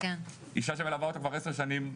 אישה שמלווה אותו כבר עשר שנים,